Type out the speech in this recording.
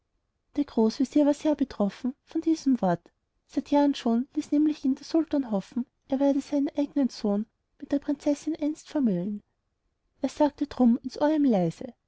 der großvezier war sehr betroffen von diesem wort seit jahren schon ließ nämlich ihn der sultan hoffen er werde seinen eignen sohn mit der prinzessin einst vermählen er sagte drum ins ohr ihm leise